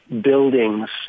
buildings